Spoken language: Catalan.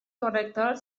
corrector